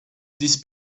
this